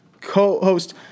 co-host